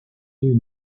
you